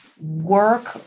work